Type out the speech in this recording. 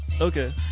okay